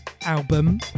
album